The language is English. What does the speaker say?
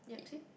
yup same